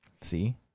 See